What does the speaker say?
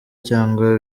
cyangwa